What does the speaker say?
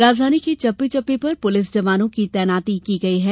राजधानी के चप्पे चप्पे पर पुलिस जवानों की तैनाती की गई है